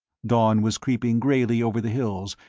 dawn was creeping grayly over the hills,